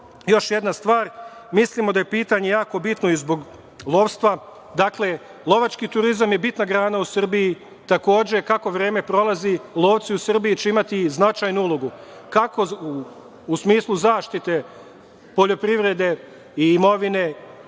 još jedna stvar. Mislimo da je pitanje jako bitno zbog lovstva. Lovački turizam je bitna grana u Srbiji. Takođe, kako vreme prolazi, lovci u Srbiji će imati značajnu ulogu, kako u smislu zaštite poljoprivrede i imovine